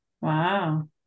Wow